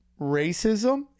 racism